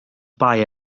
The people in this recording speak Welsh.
bai